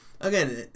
again